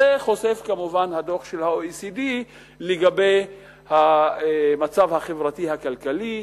את זה חושף הדוח של ה-OECD לגבי המצב החברתי-הכלכלי.